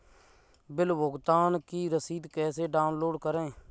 Bill भुगतान की रसीद कैसे डाउनलोड करें?